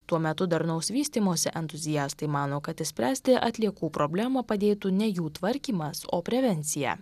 tuo metu darnaus vystymosi entuziastai mano kad išspręsti atliekų problemą padėtų ne jų tvarkymas o prevencija